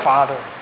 Father